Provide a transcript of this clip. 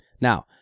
Now